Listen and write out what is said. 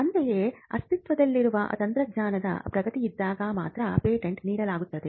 ಅಂತೆಯೇ ಅಸ್ತಿತ್ವದಲ್ಲಿರುವ ತಂತ್ರಜ್ಞಾನದ ಪ್ರಗತಿಯಿದ್ದಾಗ ಮಾತ್ರ ಪೇಟೆಂಟ್ ನೀಡಲಾಗುತ್ತದೆ